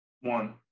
One